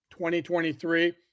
2023